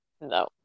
no